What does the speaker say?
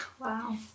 wow